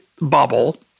bubble